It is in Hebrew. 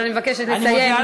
אבל אני מבקשת לסיים.